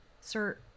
Sir